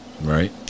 Right